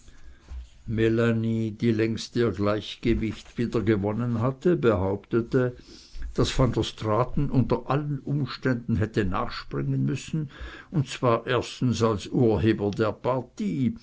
die längst ihr gleichgewicht wieder gewonnen hatte behauptete daß van der straaten unter allen umständen hätte nachspringen müssen und zwar erstens als urheber der partie